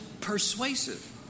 persuasive